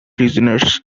prisoners